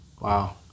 Wow